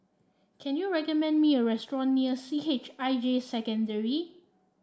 can you recommend me a restaurant near C H I J Secondary